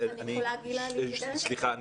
סליחה,